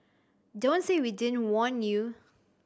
don't say we didn't warn you